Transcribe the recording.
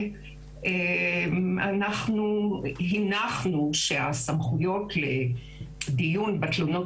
אנחנו הנחנו שהסמכויות לדיון בתלונות